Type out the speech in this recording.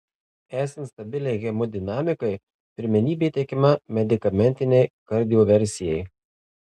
esant stabiliai hemodinamikai pirmenybė teikiama medikamentinei kardioversijai